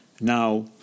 now